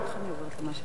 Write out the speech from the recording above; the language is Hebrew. לאורך כל הדרך,